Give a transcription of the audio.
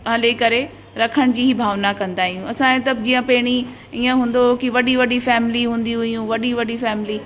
हले करे रखण जी ई भावना कंदा आहियूं असां मतिलबु जीअं पहिरीं ईअं हूंदो हो इहे वॾी वॾी फ़ैमिली हूंदियूं हुयूं वॾी वॾी फ़ैमिली